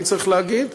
אני צריך להגיד,